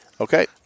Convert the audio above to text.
Okay